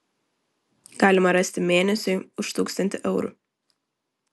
galima rasti mėnesiui už tūkstantį eurų